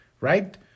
right